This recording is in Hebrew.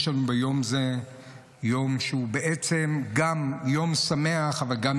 יש לנו גם יום שמח אבל גם,